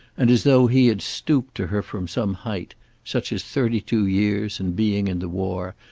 and as though he had stooped to her from some height such as thirty-two years and being in the war,